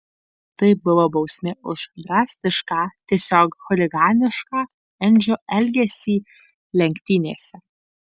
tai buvo bausmė už drastišką tiesiog chuliganišką edžio elgesį lenktynėse